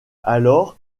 alors